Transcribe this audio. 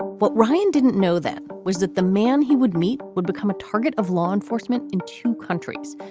but ryan didn't know then was that the man he would meet would become a target of law enforcement in two countries?